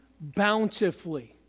bountifully